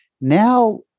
Now